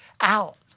out